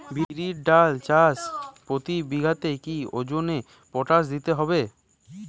বিরির ডাল চাষ প্রতি বিঘাতে কি ওজনে পটাশ দিতে হবে?